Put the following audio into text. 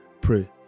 pray